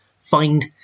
find